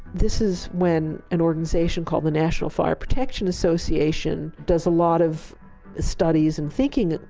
this is when an organization called the national fire protection association does a lot of studies and thinking,